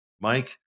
Mike